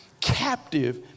captive